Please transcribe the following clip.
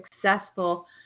successful